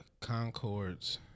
Concords